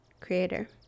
Creator